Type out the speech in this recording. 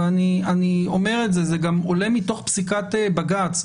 זה גם עולה מתוך פסיקת בג"ץ.